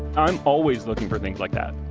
i'm always looking for things like that.